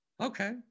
Okay